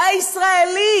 הישראלי.